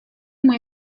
muy